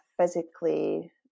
physically